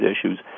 issues